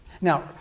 Now